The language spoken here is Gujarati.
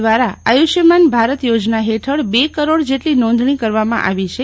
દ્વારા આયુષ્યમાન ભારત યોજના હેઠળ બે કરોડ જેટલી નોંધજ઼ી કરવામાં આવી છે